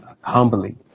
humbly